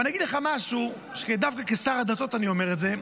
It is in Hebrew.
ואני אגיד לך משהו שדווקא כשר הדתות אני אומר את זה,